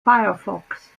firefox